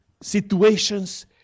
situations